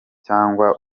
cyangwa